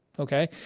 Okay